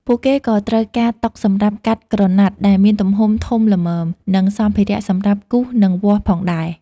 ពួកគេក៏ត្រូវការតុសម្រាប់កាត់ក្រណាត់ដែលមានទំហំធំល្មមនិងសម្ភារៈសម្រាប់គូសនិងវាស់ផងដែរ។